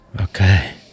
Okay